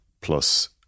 plus